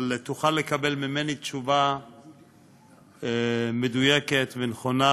תוכל לקבל ממני תשובה מדויקת ונכונה,